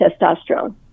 testosterone